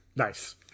Nice